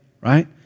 right